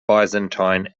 byzantine